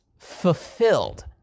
fulfilled